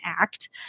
ACT